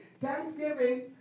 Thanksgiving